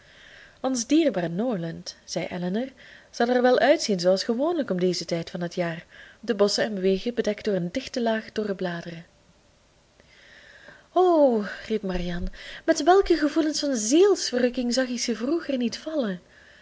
ons dierbaar norland zei elinor zal er wel uitzien zooals gewoonlijk om dezen tijd van het jaar de bosschen en de wegen bedekt door een dichte laag dorre bladeren o riep marianne met welke gevoelens van zielsverrukking zag ik ze vroeger niet vallen